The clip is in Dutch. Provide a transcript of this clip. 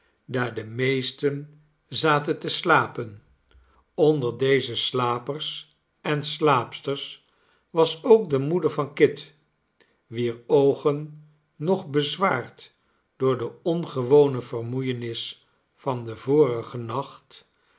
daar de meesten zaten te slapen onder deze slapers en slaapsters was ook de moeder van kit wier oogen nog bezwaard door de ongewone vermoeienis van den vorigen nacht